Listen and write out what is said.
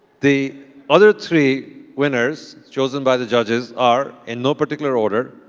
the other three winners chosen by the judges are, in no particular order,